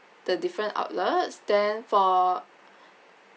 the different outlets then for